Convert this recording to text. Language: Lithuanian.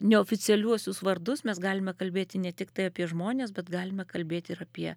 neoficialiuosius vardus mes galime kalbėti ne tiktai apie žmones bet galime kalbėti ir apie